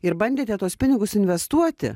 ir bandėte tuos pinigus investuoti